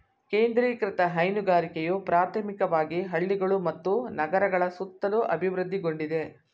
ಕೇಂದ್ರೀಕೃತ ಹೈನುಗಾರಿಕೆಯು ಪ್ರಾಥಮಿಕವಾಗಿ ಹಳ್ಳಿಗಳು ಮತ್ತು ನಗರಗಳ ಸುತ್ತಲೂ ಅಭಿವೃದ್ಧಿಗೊಂಡಿದೆ